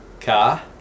car